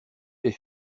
est